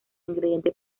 ingrediente